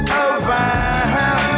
over